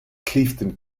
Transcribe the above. clifton